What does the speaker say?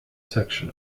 section